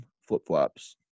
flip-flops